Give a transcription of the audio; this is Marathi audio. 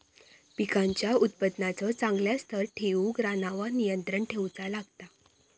पिकांच्या उत्पादनाचो चांगल्या स्तर ठेऊक रानावर नियंत्रण ठेऊचा लागता